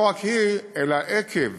לא רק היא, אלא עקב